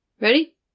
Ready